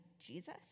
Jesus